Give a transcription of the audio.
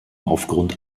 aufgrund